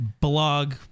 blog